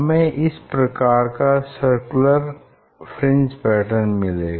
हमें इस प्रकार का सर्कुलर फ्रिंज पैटर्न मिलेगा